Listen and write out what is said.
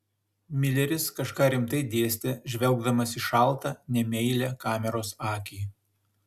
mileris kažką rimtai dėstė žvelgdamas į šaltą nemeilią kameros akį